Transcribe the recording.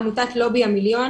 עמותת "לובי המיליון",